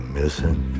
missing